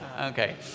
Okay